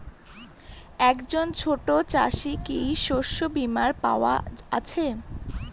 একজন ছোট চাষি কি শস্যবিমার পাওয়ার আছে?